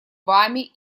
вами